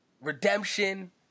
Redemption